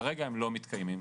כרגע הם לא מתקיימים,